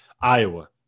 Iowa